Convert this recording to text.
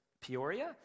Peoria